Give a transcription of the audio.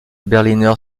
berliner